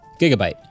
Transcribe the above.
Gigabyte